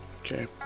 Okay